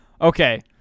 Okay